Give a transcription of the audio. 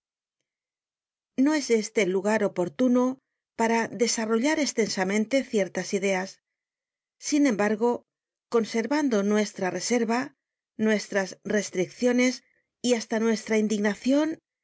no es este el lugar oportuno para desarrollar estensamente ciertas ideas sin embargo conservando nuestra reserva nuestras restricciones y hasta nuestra indignacion